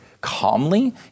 calmly